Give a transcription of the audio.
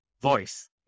voice